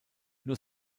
nur